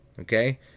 Okay